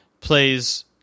plays